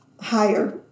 higher